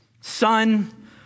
Son